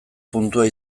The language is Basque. puntua